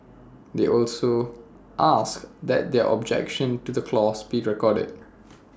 they also asked that their objection to the clause be recorded